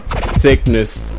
sickness